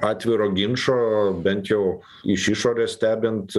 atviro ginčo bent jau iš išorės stebint